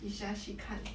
it's just 去看